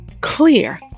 clear